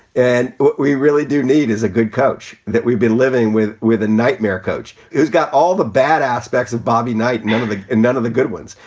and we really do need is a good coach that we've been living with, with a nightmare coach who's got all the bad aspects of bobby knight. none of the and none of the good ones.